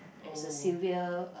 as a civil uh